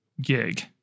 gig